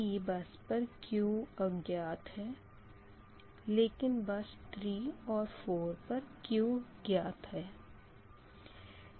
P bus पर Q अज्ञात है लेकिन बस 3 और 4 पर Q ज्ञात है